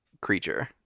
creature